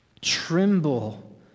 Tremble